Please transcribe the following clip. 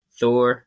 Thor